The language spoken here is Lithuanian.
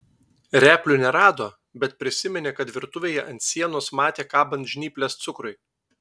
replių nerado bet prisiminė kad virtuvėje ant sienos matė kabant žnyples cukrui